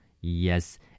Yes